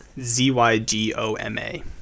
z-y-g-o-m-a